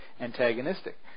antagonistic